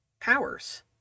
powers